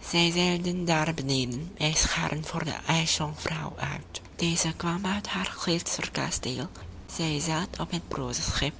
zij zeilden daar beneden bij scharen voor de ijsjonkvrouw uit deze kwam uit haar gletscherkasteel zij zat op het brooze schip